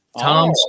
Tom